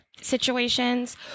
situations